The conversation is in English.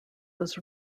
was